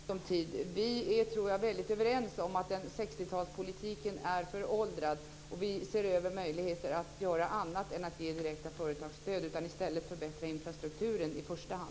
Fru talman! Jag tror att vi är väldigt överens om att 60-talspolitiken är föråldrad. Vi ser över möjligheterna att göra annat än att ge direkta företagsstöd. I stället vill vi i första hand förbättra infrastrukturen.